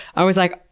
i was like,